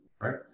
right